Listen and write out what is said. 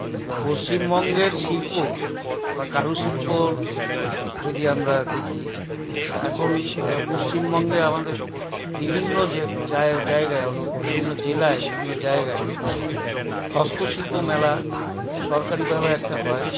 পশ্চিমবঙ্গের শিল্প বা কারুশিল্প যদি আমরা দেখি তো এখন পশ্চিমবঙ্গে আমাদের বিভিন্ন জায়গায় বিভিন্ন জেলায় বিভিন্ন জায়গায় হস্তশিল্প মেলা সরকারিভাবে একটা হয়